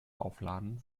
aufladen